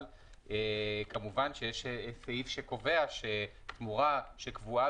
אבל כמובן שיש סעיף שקובע שתמורה שקבועה